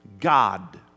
God